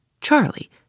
Charlie